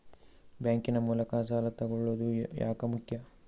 Bank ನ ಮೂಲಕ ಸಾಲ ತಗೊಳ್ಳೋದು ಯಾಕ ಮುಖ್ಯ?